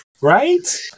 Right